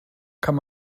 kann